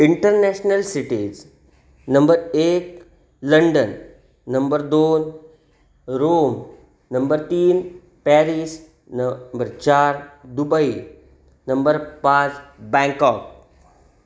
international cities number एक London number दोन Rome number तीन पॅरिस नबर चार दुबई नंबर पाच बँकॉक